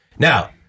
Now